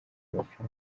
amafaranga